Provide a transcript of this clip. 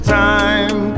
time